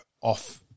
off